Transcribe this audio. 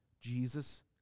Jesus